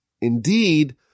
indeed